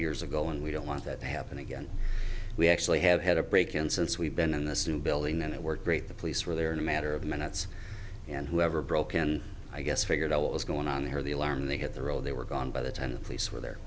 years ago and we don't want that to happen again we actually have had a break in since we've been in this new building and it worked great the police were there in a matter of minutes and whoever broken i guess figured out what was going on here the alarm they hit the road they were gone by the time and police were there